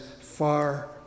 far